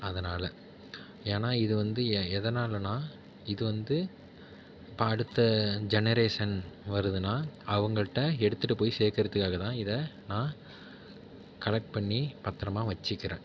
அதனால் ஏன்னா இது வந்து எ எதனாலனால் இது வந்து இப்போ அடுத்த ஜெனரேஷன் வருதுனால் அவங்கள்கிட்ட எடுத்துட்டு போய் சேர்க்கறதுக்காக தான் இதை நான் கலெக்ட் பண்ணி பத்திரமா வெச்சுக்கிறேன்